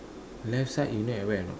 left side you know at where or not